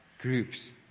groups